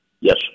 Yes